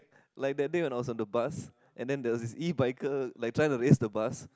like that day when I was on the bus and then there is a ebiker like try to chase the bus